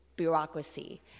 bureaucracy